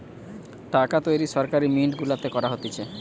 টাকা তৈরী সরকারি মিন্ট গুলাতে করা হতিছে